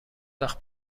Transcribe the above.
وقت